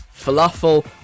falafel